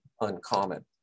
uncommon